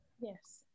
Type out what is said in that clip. Yes